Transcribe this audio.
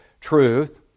truth